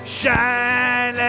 shine